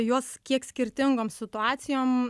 juos kiek skirtingoms situacijom